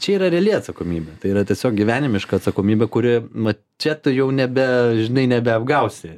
čia yra reali atsakomybė tai yra tiesiog gyvenimiška atsakomybė kuri vat čia tu jau nebe žinai nebeapgausi